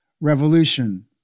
Revolution